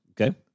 Okay